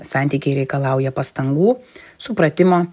santykiai reikalauja pastangų supratimo